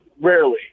Rarely